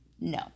No